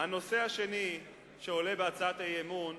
הנושא השני שעלה בהצעת האי-אמון